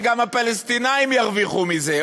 וגם הפלסטינים ירוויחו מזה,